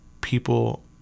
people